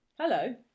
Hello